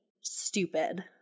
stupid